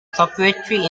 proprietary